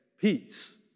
peace